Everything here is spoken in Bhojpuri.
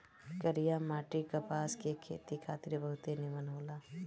करिया माटी कपास के खेती खातिर बहुते निमन होला